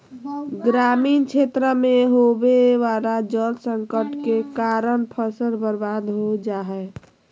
ग्रामीण क्षेत्र मे होवे वला जल संकट के कारण फसल बर्बाद हो जा हय